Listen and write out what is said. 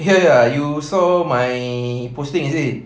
ya ya you saw my posting is it